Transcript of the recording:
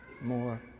more